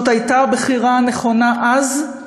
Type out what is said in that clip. זאת הייתה הבחירה הנכונה אז,